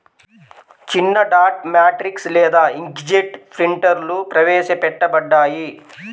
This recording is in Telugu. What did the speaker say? చిన్నడాట్ మ్యాట్రిక్స్ లేదా ఇంక్జెట్ ప్రింటర్లుప్రవేశపెట్టబడ్డాయి